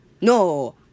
no